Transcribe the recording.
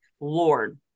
lord